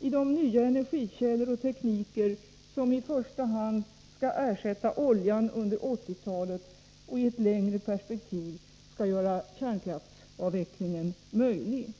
i de nya energikällor och tekniker som i första hand skall ersätta oljan under 1980-talet och i ett längre perspektiv skall göra kärnkraftsavvecklingen möjlig.